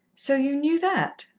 so you knew that?